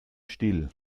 still